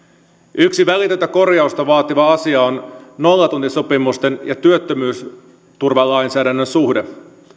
yksi välitöntä korjausta vaativa asia on nollatuntisopimusten ja työttömyysturvalainsäädännön suhde